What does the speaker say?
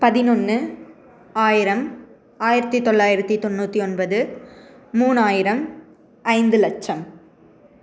பதினொன்று ஆயிரம் ஆயிரத்தி தொள்ளாயிரத்தி தொண்ணூற்றி ஒன்பது மூணாயிரம் ஐந்து லட்சம்